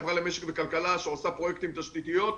חברה למשק וכלכלה שעושה פרויקטי תשתיות,